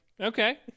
Okay